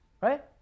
right